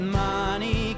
money